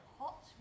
hot